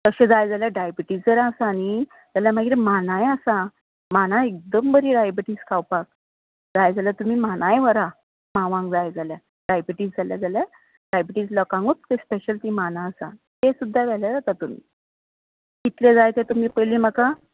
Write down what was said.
तशें जाय जाल्यार डायबीटीस जर आसा न्हय जाल्यार मागीर मानांय आसा मानां एकदम बरीं डायबीटीस खावपाक जाय जाल्यार तुमी मानांय व्हरात मांवाक जाय जाल्यार डायबीटीस जाल्या जाल्यार डायबीटीस लोकांकूच ती स्पेशल मानां आसात तें सुद्दां व्हेल्यार जाता तुमी कितलें जाय तें पयली तुमी म्हाका